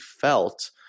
felt